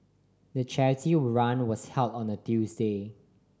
the charity run was held on a Tuesday